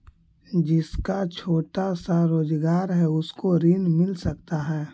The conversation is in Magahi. जिसका छोटा सा रोजगार है उसको ऋण मिल सकता है?